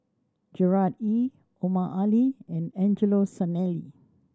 Gerard Ee Omar Ali and Angelo Sanelli